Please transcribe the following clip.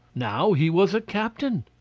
now, he was a captain!